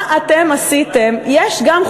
מה אתם עשיתם, זה לא הילדים.